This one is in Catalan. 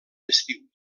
estiu